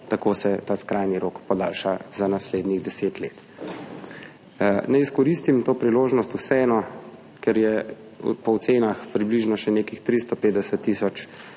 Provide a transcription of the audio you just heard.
tako se ta skrajni rok podaljša za naslednjih 10 let. Naj vseeno izkoristim to priložnost, ker je po ocenah približno še nekih 350 tisoč